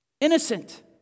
Innocent